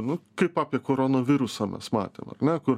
nu kaip apie koronavirusą mes matėm ar ne kur